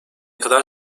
kadar